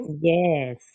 yes